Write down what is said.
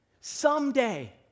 Someday